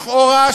לכאורה,